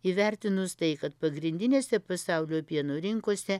įvertinus tai kad pagrindinėse pasaulio pieno rinkose